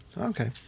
Okay